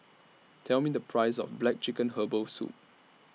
Tell Me The Price of Black Chicken Herbal Soup